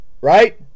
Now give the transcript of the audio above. right